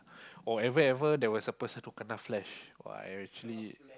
or ever ever there was a person who kena flash !wah! I actually